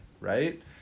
right